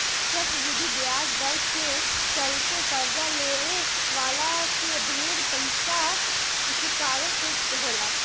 चक्रवृद्धि ब्याज दर के चलते कर्जा लेवे वाला के ढेर पइसा चुकावे के होला